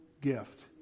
gift